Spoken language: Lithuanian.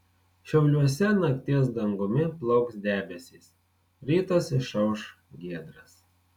šiauliuose nakties dangumi plauks debesys rytas išauš giedras